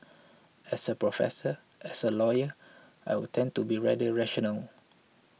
as a professor as a lawyer I would tend to be rather rational